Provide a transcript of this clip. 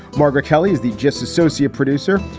marga kellie's the gist associate producer.